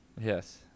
yes